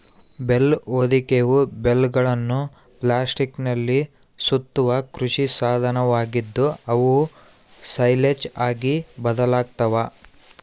bale ಹೊದಿಕೆಯು ಬೇಲ್ಗಳನ್ನು ಪ್ಲಾಸ್ಟಿಕ್ನಲ್ಲಿ ಸುತ್ತುವ ಕೃಷಿ ಸಾಧನವಾಗಿದ್ದು, ಅವು ಸೈಲೇಜ್ ಆಗಿ ಬದಲಾಗ್ತವ